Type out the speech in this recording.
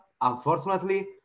unfortunately